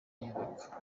yubaka